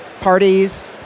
parties